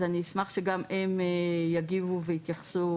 אז אני אשמח שגם הם יגיבו ויתייחסו.